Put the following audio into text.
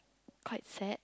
quite sad